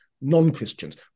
non-Christians